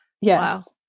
Yes